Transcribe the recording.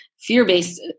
fear-based